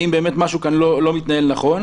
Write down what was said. האם באמת משהו כאן לא מתנהל נכון.